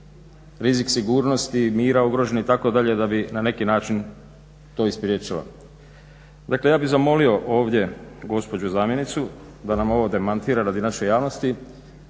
rizik sigurnosti i mira ugrožen itd., da bi na neki način to i spriječilo. Dakle, ja bih zamolio ovdje gospođu zamjenicu da nam ovo demantira radi naše javnosti.